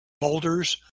boulders